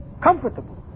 comfortable